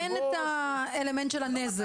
אין את האלמנט של הנזק.